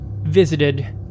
visited